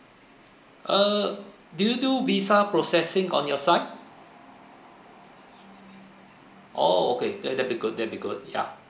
err do you do visa processing on your side orh okay that that'll be good that'll be good ya